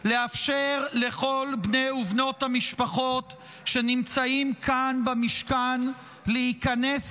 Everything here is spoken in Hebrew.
לאפשר לכל בני ובנות המשפחות שנמצאים כאן במשכן להיכנס